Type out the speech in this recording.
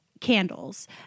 candles